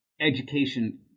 education